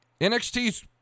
NXT's